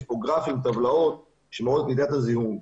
יש פה גרף עם טבלאות שמראות את מידת הזיהום.